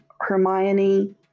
Hermione